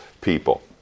people